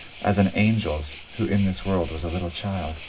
as an angefs who in this world was a little child!